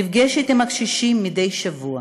נפגשת עם הקשישים מדי שבוע